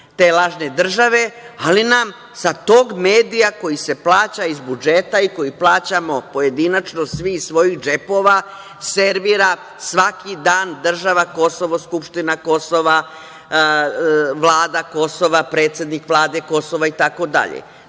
te lažne države, ali nam sa tog medija koji se plaća iz budžeta i koji plaćamo pojedinačno svi iz svojih džepova, servira svaki dan država Kosovo, Skupština Kosova, Vlada Kosova, predsednik Vlade Kosova itd.